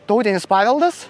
tautinis paveldas